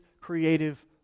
creative